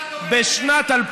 תשאל את מירי רגב,